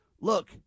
Look